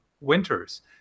winters